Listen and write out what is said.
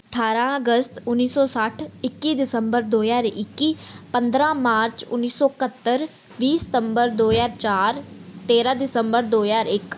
ਅਠਾਰਾਂ ਅਗਸਤ ਉੱਨੀ ਸੌ ਸੱਠ ਇੱਕੀ ਦਿਸੰਬਰ ਦੋ ਹਜ਼ਾਰ ਇੱਕੀ ਪੰਦਰਾਂ ਮਾਰਚ ਉੱਨੀ ਸੌ ਇਕਹੱਤਰ ਵੀਹ ਸਤੰਬਰ ਦੋ ਹਜ਼ਾਰ ਚਾਰ ਤੇਰਾਂ ਦਿਸੰਬਰ ਦੋ ਹਜ਼ਾਰ ਇੱਕ